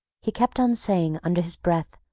he kept on saying, under his breath,